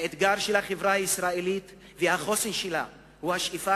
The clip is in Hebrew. האתגר של החברה הישראלית והחוסן שלה הם השאיפה